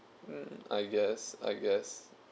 mm I guess I guess